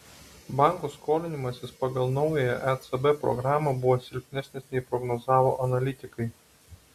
bankų skolinimasis pagal naująją ecb programą buvo silpnesnis nei prognozavo analitikai